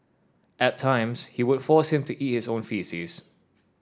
at times he would force him to eat his own faeces